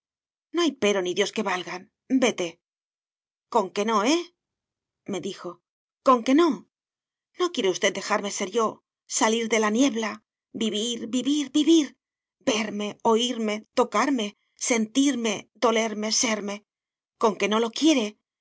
no hay pero ni dios que valgan vete conque no eh me dijo conque no no quiere usted dejarme ser yo salir de la niebla vivir vivir vivir verme oírme tocarme sentirme dolerme serme conque no lo quiere